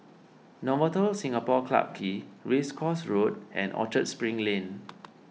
Novotel Singapore Clarke Quay Race Course Road and Orchard Spring Lane